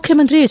ಮುಖ್ಯಮಂತ್ರಿ ಎಚ್